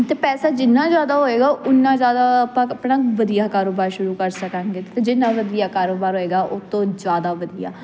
ਅਤੇ ਪੈਸਾ ਜਿੰਨਾ ਜ਼ਿਆਦਾ ਹੋਏਗਾ ਓਨਾ ਜ਼ਿਆਦਾ ਆਪਾਂ ਆਪਣਾ ਵਧੀਆ ਕਾਰੋਬਾਰ ਸ਼ੁਰੂ ਕਰ ਸਕਾਂਗੇ ਅਤੇ ਜਿੰਨਾ ਵਧੀਆ ਕਾਰੋਬਾਰ ਹੋਏਗਾ ਉਹ ਤੋਂ ਜ਼ਿਆਦਾ ਵਧੀਆ